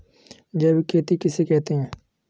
जैविक खेती किसे कहते हैं?